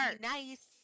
nice